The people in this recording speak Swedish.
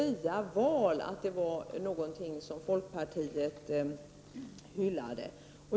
Hon sade att det var något som folkpartiet gillade.